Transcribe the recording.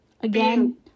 again